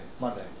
Monday